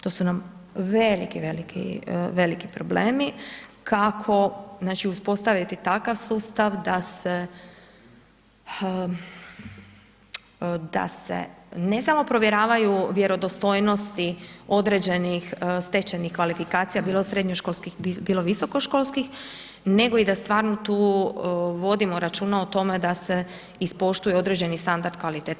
To su nam veliki, veliki problemi kako znači uspostaviti takav sustav da se ne samo provjeravaju vjerodostojnosti određenih stečenih kvalifikacija bilo srednjoškolskih, bilo visokoškolskih, nego da i stvarno tu vodimo računa o tome da se ispoštuje određeni standard kvalitete.